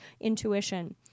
intuition